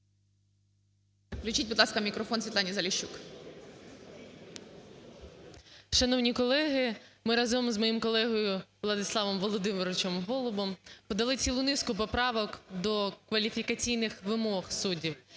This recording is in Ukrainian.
Включіть, будь ласка, мікрофон Світлані Заліщук. 11:18:24 ЗАЛІЩУК С.П. Шановні колеги! Ми разом з моїм колегою Владиславом Володимировичем Голубом подали цілу низку поправок до кваліфікаційних вимог суддів.